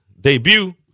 debut